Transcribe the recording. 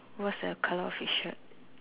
what's the colour of his shirt